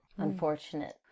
Unfortunate